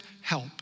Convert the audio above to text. help